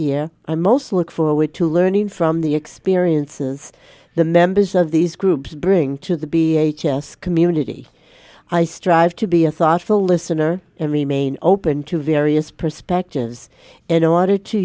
year i most look forward to learning from the experiences the members of these groups bring to the b h s community i strive to be a thoughtful listener and remain open to various perspectives in order to